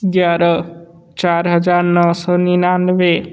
ग्यारह चार हज़ार नौ सो निन्यानवे